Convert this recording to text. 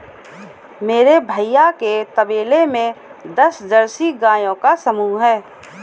मेरे भैया के तबेले में दस जर्सी गायों का समूह हैं